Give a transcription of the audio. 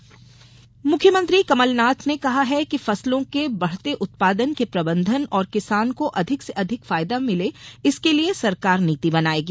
मुख्यमंत्री मुख्यमंत्री कमलनाथ ने कहा है कि फसलों के बढ़ते उत्पादन के प्रबंधन और किसान को अधिक से अधिक फायदा मिले इसके लिए सरकार नीति बनायेगी